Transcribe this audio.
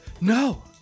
No